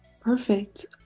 perfect